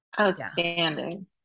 Outstanding